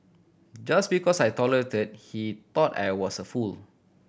just because I tolerated he thought I was a fool